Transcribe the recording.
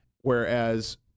whereas